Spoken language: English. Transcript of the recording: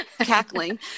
cackling